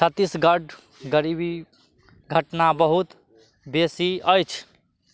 छत्तीसगढ गरीबी घटना बहुत बेसी अछि